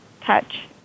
touch